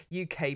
UK